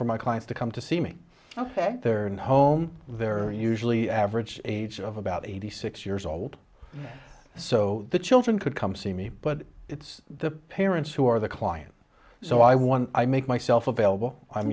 for my clients to come to see me ok there and home there are usually average age of about eighty six years old so the children could come see me but it's the parents who are the client so i want i make myself available i'm